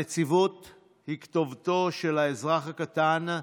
הנציבות היא כתובתו של האזרח הקטן,